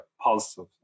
positive